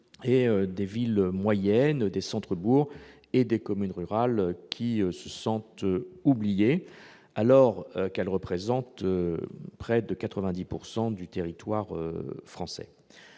et des villes moyennes, des bourgs-centres, des communes rurales qui se sentent oubliés alors qu'ils représentent près de 90 % du territoire français.